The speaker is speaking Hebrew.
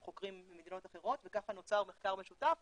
חוקרים ממדינות אחרות וכך נוצר מחקר משותף